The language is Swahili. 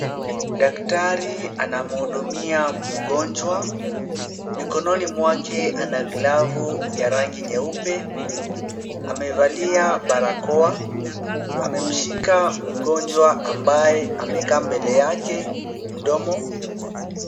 Daktari anamhudumia mgonjwa. Mikononi mwake ana glavu ya rangi nyeupe. Amevalia barakoa. Amemshika mgonjwa ambaye amekaa mbele yake mdomo.